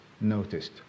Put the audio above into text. noticed